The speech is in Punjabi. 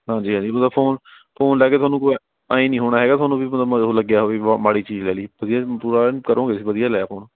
ਹਾਂਜੀ ਹਾਂਜੀ ਫੋਨ ਫੋਨ ਲੈ ਕੇ ਤੁਹਾਨੂੰ ਕੋਈ ਐਂਏ ਨਹੀਂ ਹੋਣਾ ਹੈਗਾ ਤੁਹਾਨੂੰ ਵੀ ਮਤਲਬ ਮਗਰ ਲੱਗਿਆ ਹੋਵੇ ਬਹੁਤ ਮਾੜੀ ਚੀਜ਼ ਲੈ ਲਈ ਤੁਸੀਂ ਪੂਰਾ ਐਨ ਕਰੋਗੇ ਵੀ ਵਧੀਆ ਲਿਆ ਫੋਨ